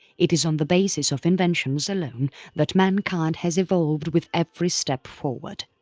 it is on the basis of inventions alone that mankind has evolved with every step forward.